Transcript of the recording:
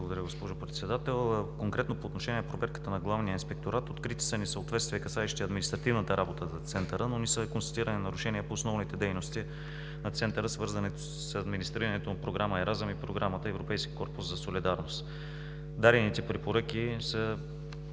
Благодаря, госпожо Председател. Конкретно по отношение на проверката на Главния инспекторат – открити са несъответствия, касаещи административната работа на Центъра, но не са констатирани нарушения по основните дейности на Центъра, свързани с администрирането на програма „Еразъм“ и програма „Европейски корпус за солидарност“. Дадените препоръки са